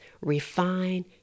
Refine